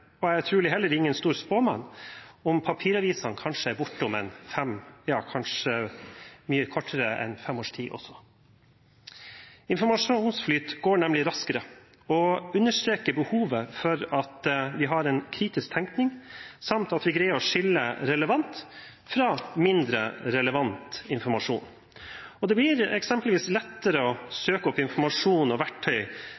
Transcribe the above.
papiravisene kanskje er borte om en fem års tid, ja, kanskje tidligere. Informasjonsflyt går nemlig raskere og understreker behovet for en kritisk tenkning, samt at vi greier å skille relevant fra mindre relevant informasjon. Det blir f.eks. lettere å søke opp informasjon, og verktøy